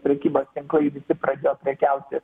prekybos tinklai visi pradėjo prekiauti